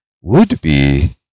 would-be